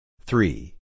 Three